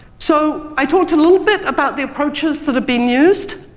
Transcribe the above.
so, i talked a little bit about the approaches that have been used.